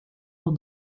over